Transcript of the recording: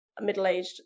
middle-aged